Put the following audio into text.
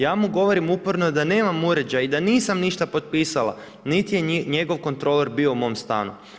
Ja mu govorim uporno da nemam uređaj i da nisam ništa potpisala, niti je njegov kontrolor bio u mom stanu.